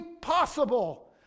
possible